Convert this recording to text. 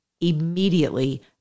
immediately